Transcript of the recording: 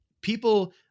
people